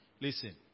Listen